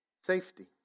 safety